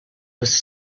was